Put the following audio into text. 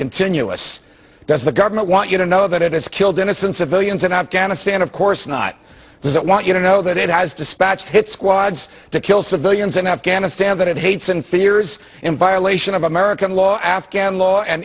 continuous does the government want you to know that it has killed innocent civilians in afghanistan of course not does it want you to know that it has dispatched hit squads to kill civilians in afghanistan that hates and fears in violation of american law afghan law and